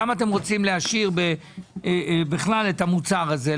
למה אתם רוצים להשאיר בכלל את המוצר הזה?